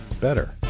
better